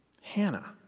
Hannah